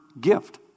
gift